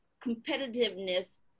competitiveness